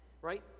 right